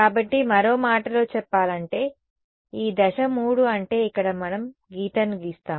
కాబట్టి మరో మాటలో చెప్పాలంటే ఈ దశ 3 అంటే ఇక్కడ మనం గీతను గీస్తాము